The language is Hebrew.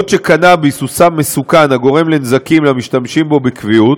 אף שקנאביס הוא סם מסוכן הגורם לנזקים למשתמשים בו בקביעות,